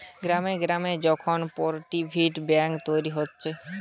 গ্রামে গ্রামে এখন কোপরেটিভ বেঙ্ক তৈরী হচ্ছে